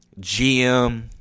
GM